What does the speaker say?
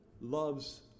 loves